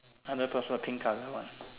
under personal pink card that one